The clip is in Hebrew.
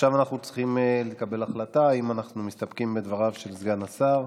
עכשיו אנחנו צריכים לקבל החלטה אם אנחנו מסתפקים בדבריו של סגן השר,